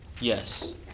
Yes